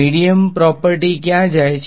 medium properties ક્યાં જાય છે